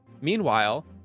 Meanwhile